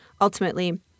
ultimately